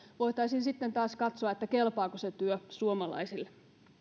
voitaisiin sitten taas katsoa kelpaako se työ suomalaisille